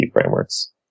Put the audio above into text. frameworks